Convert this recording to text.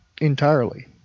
Entirely